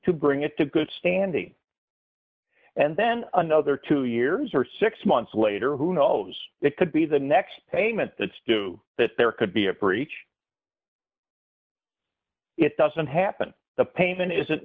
to bring it to good standing and then another two years or six months later who knows it could be the next payment it's true that there could be a breach it doesn't happen the payment isn't